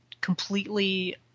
completely